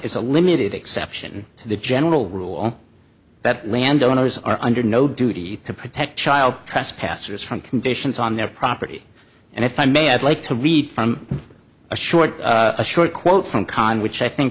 is a limited exception to the general rule that landowners are under no duty to protect child trespassers from conditions on their property and if i may i'd like to read from a short a short quote from conn which i think